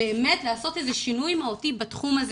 לעשות איזה שינוי מהותי בתחום הזה.